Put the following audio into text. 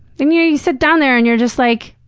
and yeah you sit down there and you're just like,